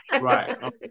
Right